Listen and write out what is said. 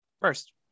first